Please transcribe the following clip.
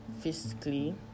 physically